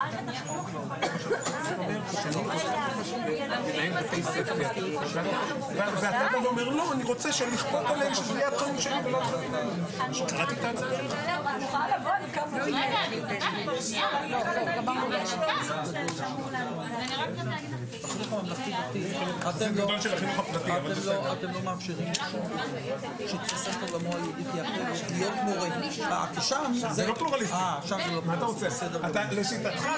בשעה 12:07.